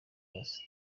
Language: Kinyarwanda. base